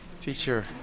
teacher